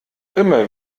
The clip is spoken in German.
immer